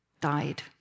died